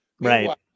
Right